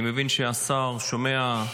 אני מבין שהשר שומע,